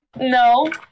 No